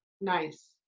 nice